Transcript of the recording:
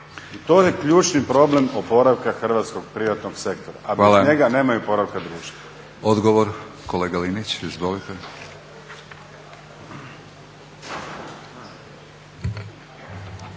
I to je ključni problem oporavka hrvatskog privatnog sektora, a bez njega nema oporavka društva. **Batinić, Milorad